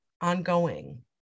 ongoing